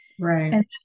Right